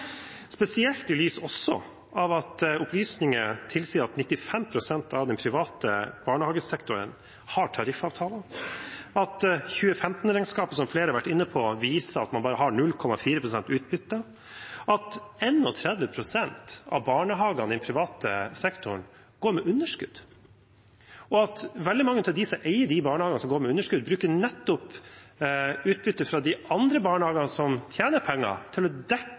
spesielt i lys av at opplysninger tilsier at 95 pst. av den private barnehagesektoren har tariffavtaler, at 2015-regnskapet, som flere har vært inne på, viser at man bare har 0,4 pst. utbytte, at 31 pst. av barnehagene i den private sektoren går med underskudd, og at veldig mange av de som eier de barnehagene som går med underskudd, bruker utbytte fra de andre barnehagene som tjener penger, til å dekke